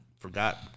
Forgot